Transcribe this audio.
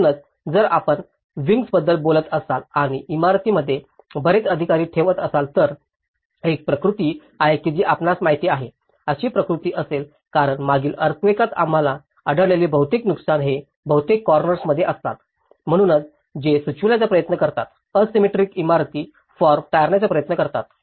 म्हणूनच जर आपण विंग्स बद्दल बोलत असाल आणि इमारतीमध्ये बरेच अधिकारी ठेवत असाल तर एक प्रवृत्ती आहे की आपणास माहित आहे अशी प्रवृत्ती असेल कारण मागील अर्थक्वेकात आम्हाला आढळलेले बहुतेक नुकसान ते बहुतेक कॉर्नर्स मध्ये असतात म्हणूनच ते सुचविण्याचा प्रयत्न करतात असिमेट्रिकल इमारती फॉर्म टाळण्याचा प्रयत्न करतात